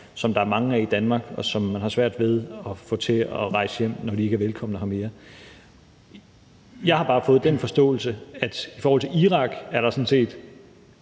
som der er mange af i Danmark, og som man har svært ved at få til at rejse hjem, når de ikke er velkomne her mere. Jeg har bare fået den forståelse, at der i forhold til Irak sådan set